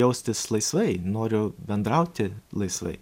jaustis laisvai noriu bendrauti laisvai